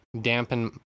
dampen